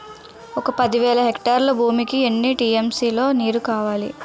ఒక పది వేల హెక్టార్ల భూమికి ఎన్ని టీ.ఎం.సీ లో నీరు కావాలి?